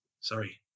Sorry